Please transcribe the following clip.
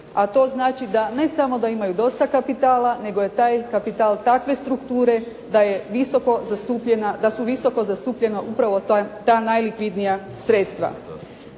a to znači da ne samo da imaju dosta kapitala, nego je taj kapital takve strukture da su visoko zastupljena upravo ta najlikvidnija sredstva.